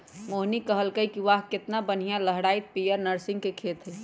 मोहिनी कहलकई कि वाह केतना बनिहा लहराईत पीयर नर्गिस के खेत हई